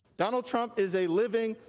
donald trump is a living,